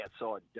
outside